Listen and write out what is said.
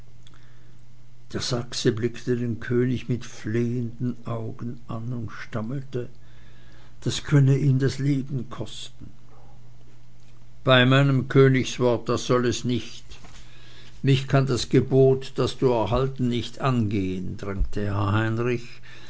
der sachse blickte den könig mit flehenden augen an und stammelte das könne ihm das leben kosten bei meinem königswort das soll es nicht mich kann das gebot das du erhalten nicht angehen drängte herr heinrich